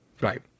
Right